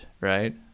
right